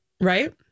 Right